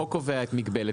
החוק קובע את המגבלה.